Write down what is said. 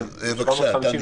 בבקשה, תמי, תמשיכי.